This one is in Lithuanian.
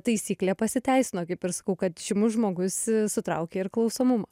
taisyklė pasiteisino kaip ir sakau kad žymus žmogus sutraukia ir klausomumą